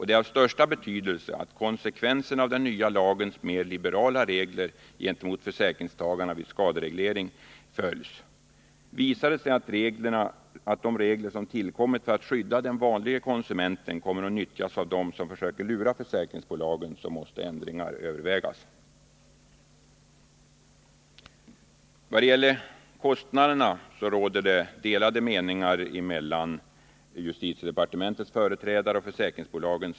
Det är av största betydelse att konsekvenserna av den nya lagens mer liberala regler gentemot försäkringstagarna vid skadereglering följs. Visar det sig att de regler som tillkommit för att skydda den vanlige konsumenten kommer att utnyttjas av dem som försöker lura försäkringsbolagen, måste ändringar övervägas. Vad gäller kostnadsfrågan råder delade meningar mellan justitiedepartementets företrädare och försäkringsbolagen.